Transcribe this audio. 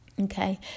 Okay